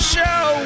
Show